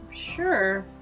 Sure